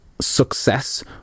success